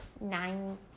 nine